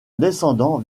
descendants